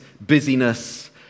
busyness